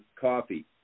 coffee